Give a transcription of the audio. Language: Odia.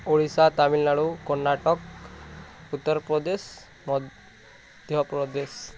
ଓଡ଼ିଶା ତାମିଲନାଡ଼ୁ କର୍ଣ୍ଣାଟକ ଉତ୍ତରପ୍ରଦେଶ ମଧ୍ୟପ୍ରଦେଶ